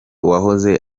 wahoze